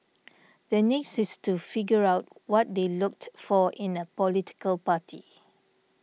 the next is to figure out what they looked for in a political party